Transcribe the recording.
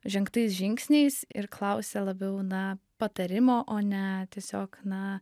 žengtais žingsniais ir klausia labiau na patarimo o ne tiesiog na